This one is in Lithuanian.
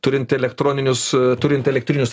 turint elektroninius turint elektrinius